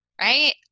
right